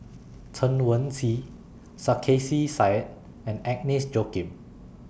Chen Wen Hsi Sarkasi Said and Agnes Joaquim